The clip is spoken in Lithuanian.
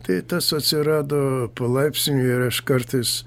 tai tas atsirado palaipsniui ir aš kartais